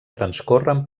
transcorren